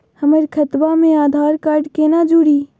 हमर खतवा मे आधार कार्ड केना जुड़ी?